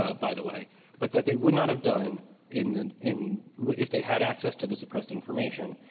ah by the way but that they would not have done in the in if they had access to the suppressed information,